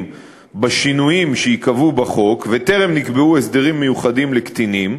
בשינויים שייקבעו בחוק וטרם נקבעו הסדרים מיוחדים לקטינים,